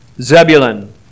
Zebulun